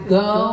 go